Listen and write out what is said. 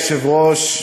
אדוני היושב-ראש,